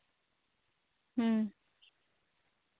ᱦᱮᱸ